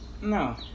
No